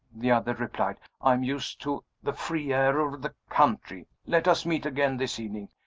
the other replied. i am used to the free air of the country. let us meet again this evening.